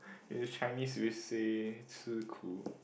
in Chinese we say 吃苦:chi ku</mandarin